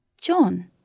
John